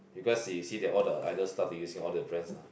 because she see that all the idol star to using all the friends ah